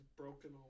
Broken